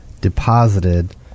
deposited